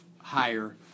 higher